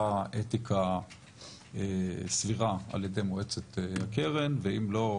אתיקה סבירה על ידי מועצת הקרן ואם לא,